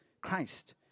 Christ